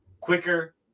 quicker